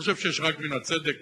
אני חושב שיש רק מן הצדק,